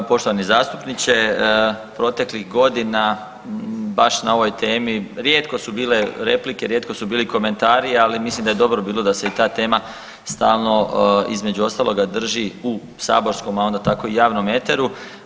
Evo poštovani zastupniče, proteklih godina, baš na ovoj temi, rijetko su bile replike, rijetko su bili komentari, ali mislim da je dobro bilo da se i ta tema stalno između ostaloga drži u saborskom a onda tako i javnom eteru.